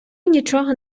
нічого